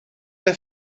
der